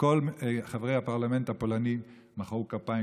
וכל חברי הפרלמנט הפולני מחאו כפיים,